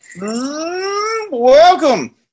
Welcome